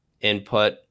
input